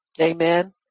amen